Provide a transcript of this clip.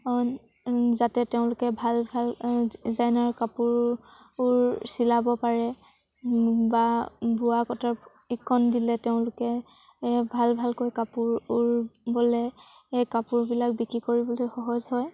যাতে তেওঁলোকে ভাল ভাল ডিজাইনাৰৰ কাপোৰ চিলাব পাৰে বা বোৱা কটাৰ প্ৰশিক্ষণ দিলে তেওঁলোকে ভাল ভালকৈ কাপোৰ ব'লে সেই কাপোৰবিলাক বিক্ৰী কৰিবলৈ সহজ হয়